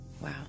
Wow